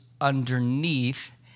underneath